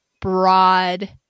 broad